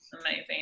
amazing